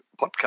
podcast